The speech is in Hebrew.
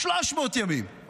300 ימים,